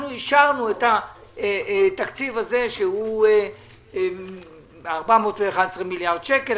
אנחנו אישרנו את התקציב בסך 411 מיליארד שקל,